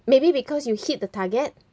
maybe because you hit the target